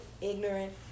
ignorant